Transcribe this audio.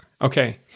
Okay